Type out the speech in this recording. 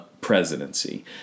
presidency